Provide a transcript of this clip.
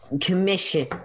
commission